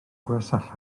gwersylla